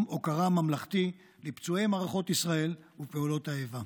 הוקרה ממלכתי לפצועי מערכות ישראל ופעולות האיבה.